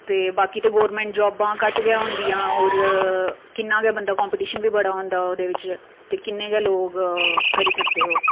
ते बाकी गौरमैंट जॉबां घट्ट गै होंदियां होर किन्ना गै बंदा कम्पीटिशन गै बड़ा होंदा ओह्दे बिच्च ते किन्ने गै लोक करी सकदे ओह्